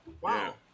Wow